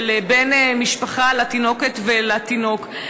של בן משפחה לתינוקת ולתינוק.